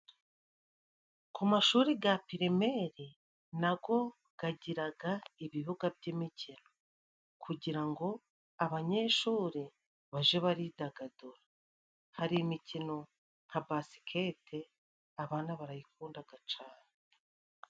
Ku mashuri ga pirimeri nago bagiraga ibibuga by'imikino, kugira ngo abanyeshuri baje baridagadura, hari imikino nka basikete abana barayikundaga cane.